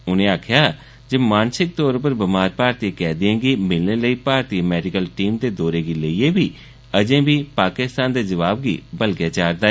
उनें आक्खेया जे मानसिक तौर पर बमार भारतीय कैदियें गी मिलने लेई भारतीय मैडिकल टीम दे दौरे गी लेइयै बी अजें पाकिस्तान दे जवाब गी बलगेया जा रदा ऐ